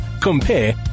compare